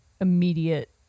immediate